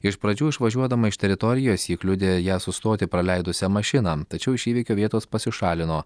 iš pradžių išvažiuodama iš teritorijos ji kliudė ją sustoti praleidusią mašiną tačiau iš įvykio vietos pasišalino